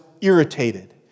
irritated